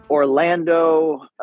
Orlando